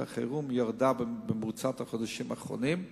החירום ירד במרוצת החודשים האחרונים,